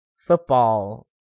football